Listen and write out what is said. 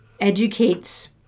educates